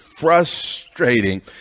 frustrating